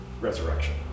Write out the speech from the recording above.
resurrection